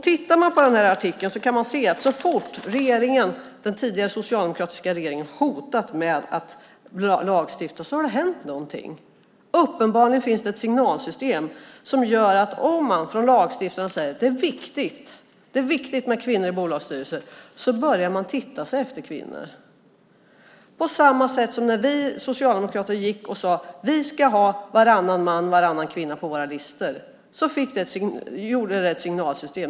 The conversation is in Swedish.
Tittar man i den här artikeln kan man se att så fort den tidigare socialdemokratiska regeringen har hotat med att lagstifta har det hänt någonting. Uppenbarligen finns det ett signalsystem som gör att om lagstiftaren säger att det är viktigt med kvinnor i bolagsstyrelser börjar man titta efter kvinnor. På samma sätt var det när vi socialdemokrater sade att vi ska ha varannan man och varannan kvinna på våra listor. Det blev ett signalsystem.